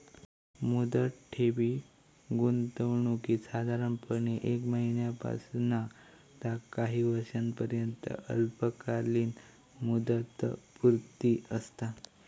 मुदत ठेवी गुंतवणुकीत साधारणपणे एक महिन्यापासना ता काही वर्षांपर्यंत अल्पकालीन मुदतपूर्ती असता